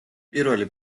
პირველი